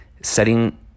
setting